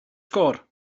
sgôr